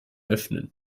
öffnen